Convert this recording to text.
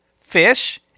fish